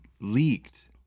leaked